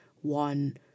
one